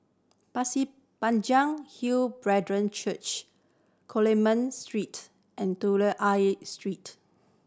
Pasir Panjang Hill Brethren Church Coleman Street and Telok Ayer Street